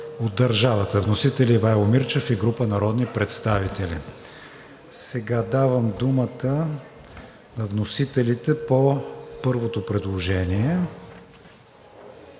ОТ ДЪРЖАВАТА. Вносител е Ивайло Мирчев и група народни представители. Давам думата на вносителите по първото предложение